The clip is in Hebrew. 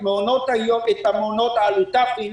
את האלוטפים,